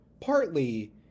partly